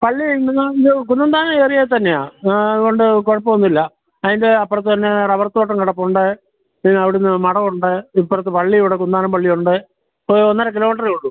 പള്ളിയുണ്ട് ആണല്ലോ കുന്നന്താനം ഏരിയയിൽ തന്നെയാണ് ആ അതുകൊണ്ട് കുഴപ്പം ഒന്നുമില്ല അതിൻ്റെ അപ്പുറത്ത് തന്നെ റബ്ബർ തോട്ടം കിടപ്പുണ്ട് പിന്നെ അവിടുന്ന് മഠവുണ്ട് ഇപ്പുറത്ത് പള്ളി ഇവിടെ കുന്നാരം പള്ളിയുണ്ട് ഒന്നര കിലോമീറ്ററേ ഉള്ളൂ